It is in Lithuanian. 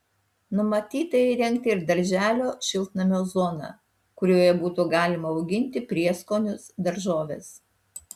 numatyta įrengti ir darželio šiltnamio zoną kurioje būtų galima auginti prieskonius daržoves